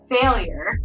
failure